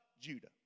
Judah